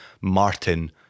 Martin